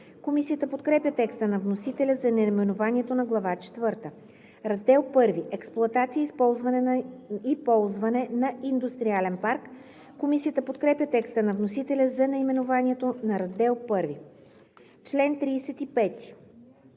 Комисията подкрепя текста на вносителя за наименованието на Глава четвърта. „Раздел I – Експлоатация и ползване на индустриален парк“. Комисията подкрепя текста на вносителя за наименованието на Раздел I. По чл.